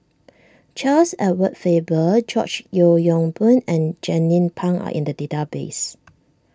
Charles Edward Faber George Yeo Yong Boon and Jernnine Pang are in the database